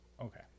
Okay